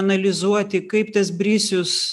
analizuoti kaip tas brisius